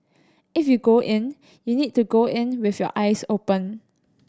if you go in you need to go in with your eyes open